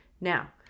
Now